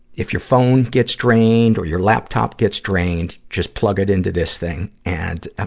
if your phone gets drained, or your laptop gets drained, just plug it into this thing, and, ah